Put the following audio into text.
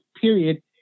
period